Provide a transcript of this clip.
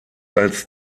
als